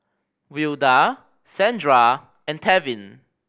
Wilda Sandra and Tevin